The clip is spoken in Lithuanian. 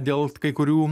dėl kai kurių